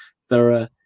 thorough